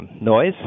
noise